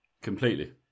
Completely